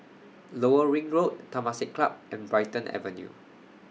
Lower Ring Road Temasek Club and Brighton Avenue